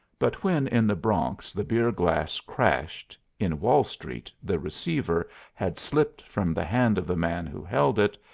but when in the bronx the beer-glass crashed, in wall street the receiver had slipped from the hand of the man who held it,